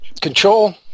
control